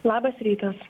labas rytas